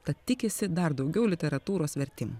tad tikisi dar daugiau literatūros vertimų